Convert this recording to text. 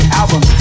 album